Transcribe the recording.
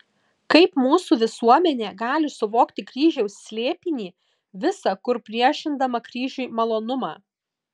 kaip mūsų visuomenė gali suvokti kryžiaus slėpinį visa kur priešindama kryžiui malonumą